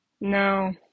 No